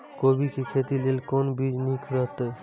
कोबी के खेती लेल कोन बीज निक रहैत?